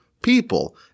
People